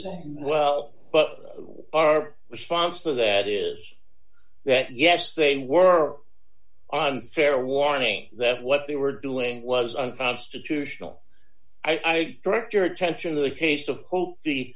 as well but our response to that is that yes they were on fair warning that what they were doing was a constitutional i direct your attention to the case of the